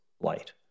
light